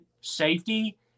safety